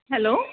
hello